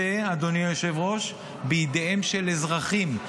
אדוני היושב-ראש, זה בידיהם של אזרחים.